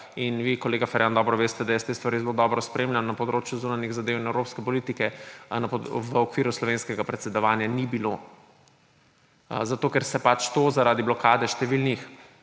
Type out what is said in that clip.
in azilu − kolega Ferjan, vi dobro veste, da jaz te stvari zelo dobro spremljam na področju zunanjih zadev in evropske politike − v okviru slovenskega predsedovanja ni bilo. Zato, ker se pač to zaradi blokade številnih